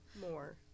more